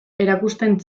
erakusten